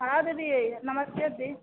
हाँ दीदी नमस्ते दी